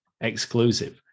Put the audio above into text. exclusive